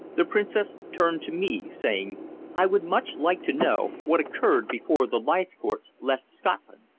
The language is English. the princess turned to me, saying i would much like to know what occurred before the leithcourts left scotland.